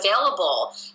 available